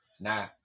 Now